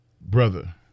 Brother